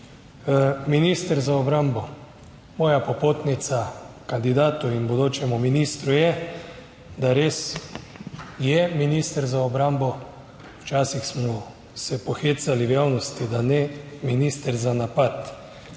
Minister za obrambo, moja popotnica kandidatu in bodočemu ministru je, da res je minister za obrambo, včasih smo se pohecali v javnosti, da ne minister za napad,